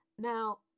Now